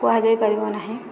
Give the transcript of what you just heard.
କୁହାଯାଇପାରିବ ନାହିଁ